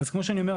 כמו שאני אומר,